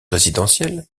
résidentiel